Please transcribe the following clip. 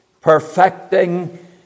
perfecting